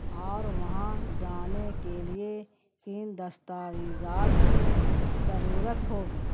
اور وہاں جانے کے لیے کن دستاویزات کی ضرورت ہوگی